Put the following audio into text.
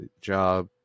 job